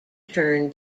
turn